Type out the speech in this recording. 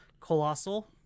Colossal